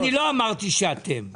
אני לא אמרתי שאתם.